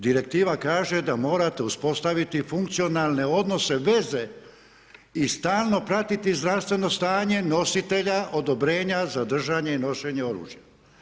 Direktiva kaže, da morate uspostaviti funkcionalne odnose veze i stalno pratiti zdravstveno stanje nositelja odobrenja za držanje i nošenje oružja.